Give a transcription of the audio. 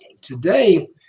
Today